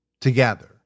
together